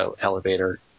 elevator